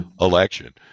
election